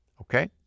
Okay